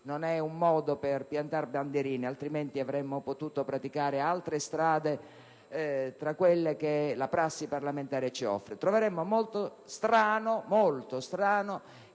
non è un modo per piantare bandierine, altrimenti avremmo potuto praticare altre strade tra quelle che la prassi parlamentare ci offre), non seguisse il ritiro